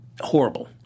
Horrible